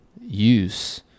use